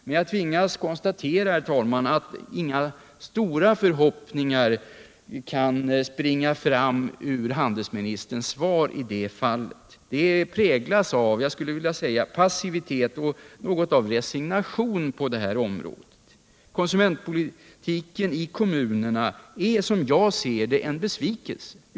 Men, herr talman, jag tvingas konstatera att inga stora förhoppningar i det avseendet kan växa fram ur handelsministerns svar. Det präglas av passivitet och något av resignation på det här området. Konsumentpolitiken i kommunerna är som jag ser det en besvikelse.